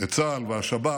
את צה"ל והשב"כ.